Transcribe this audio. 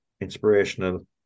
inspirational